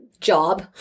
Job